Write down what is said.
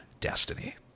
destiny